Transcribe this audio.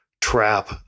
trap